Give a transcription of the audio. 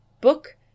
book